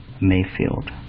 Mayfield